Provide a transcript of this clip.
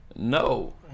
no